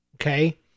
okay